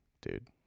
dude